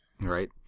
Right